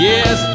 Yes